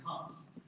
comes